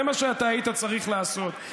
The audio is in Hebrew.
זה מה שאתה היית צריך לעשות,